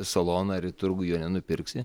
saloną ar į turgų jo nenupirksi